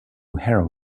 harrow